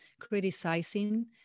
criticizing